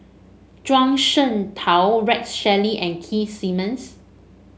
Zhuang Shengtao Rex Shelley and Keith Simmons